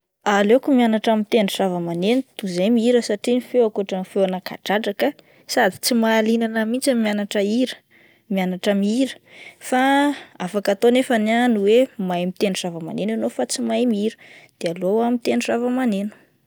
Aleoko mihanatra mitendry zavamaneno toy izay mihira satria ny feoko ohatron'ny feona kadradraka sady tsy mahaliana anah mihintsy ny mianatra hira, mianatra mihira fa afaka atao nefany ah ny hoe mahay mitendry zavamaneno ianao fa tsy mahay mihira ,de aleo mitendry zavamaneno.